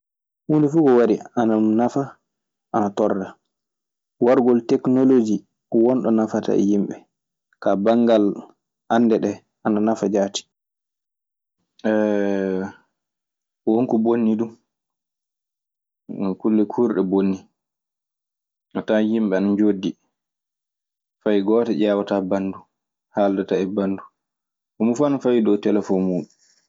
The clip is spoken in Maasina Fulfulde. Humɗe ko wari ana nafa ana torra, wargol teknoloji wonɗo nafata e himɓe. Ka bangal anɗeeɗe ana nafa jati. won ko bonni du. Kulle keewɗe kurɗe bonni. A tawan yimɓe ne njooɗdi fay gooto ƴeewata banndum, haaldataa e banndum. Moni fuu ana fawi e dow telefoŋ muɗum.